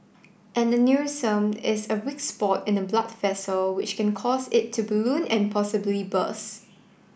an aneurysm is a weak spot in a blood vessel which can cause it to balloon and possibly burst